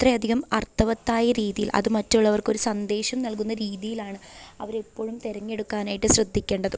അത്രയധികം അർത്ഥവത്തായ രീതിയിൽ അത് മറ്റുള്ളവർക്കൊരു സന്ദേശം നൽകുന്ന രീതിയിലാണ് അവരെപ്പൊഴും തിരഞ്ഞെടുക്കാനായിട്ട് ശ്രദ്ധിക്കേണ്ടത്